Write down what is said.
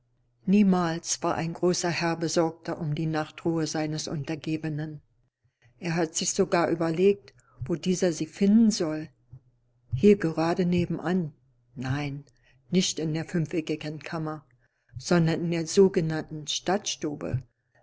niemals war ein großer herr besorgter um die nachtruhe seines untergebenen er hat sich sogar überlegt wo dieser sie finden soll hier gerade nebenan nein nicht in der fünfeckigen kammer sondern in der sogenannten stadtstube